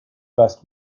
best